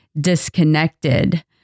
disconnected